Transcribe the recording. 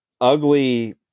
ugly